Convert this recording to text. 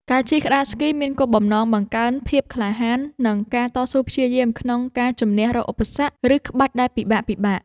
ការជិះក្ដារស្គីមានគោលបំណងបង្កើនភាពក្លាហាន និងការតស៊ូព្យាយាមក្នុងការជម្នះរាល់ឧបសគ្គ ឬក្បាច់ដែលពិបាកៗ។